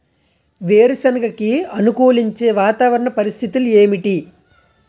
వేరుసెనగ కి అనుకూలించే వాతావరణ పరిస్థితులు ఏమిటి?